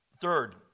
Third